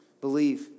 believe